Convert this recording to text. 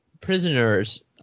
prisoners